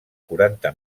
quaranta